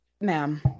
ma'am